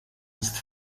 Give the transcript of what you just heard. ist